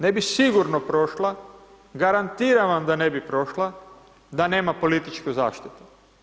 Ne bi sigurno prošla, garantiram vam da ne bi prošla da nema političku zaštitu.